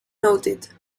noted